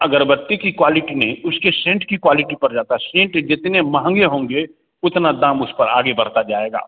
अगरबत्ती की क्वालिटी में उसके सेंट की क्वालिटी पर जाता है सेंट जितने महंगे होंगे उतना दाम उस पर आगे बढ़ता जाएगा